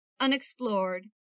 unexplored